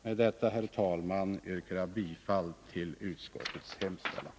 Med detta, herr talman, yrkar jag bifall till utskottets hemställan.